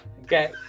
Okay